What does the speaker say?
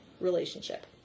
relationship